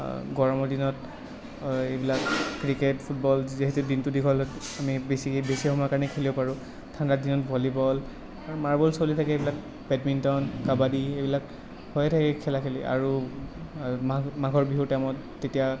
গৰমৰ দিনত এইবিলাক ক্ৰিকেট ফুটবল যিহেতু দিনটো দীঘল আমি বেছি বেছি সময়ৰ কাৰণে খেলিব পাৰোঁ ঠাণ্ডা দিনত ভলীবল মাৰ্বল চলি থাকে এইবিলাক বেডমিন্টন কাবাডী এইবিলাক হৈয়ে থাকে খেলা খেলি আৰু মাঘ মাঘৰ বিহুৰ টাইমত তেতিয়া